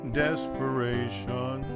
desperation